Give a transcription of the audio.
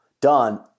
done